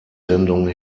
sendung